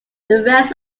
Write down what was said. rest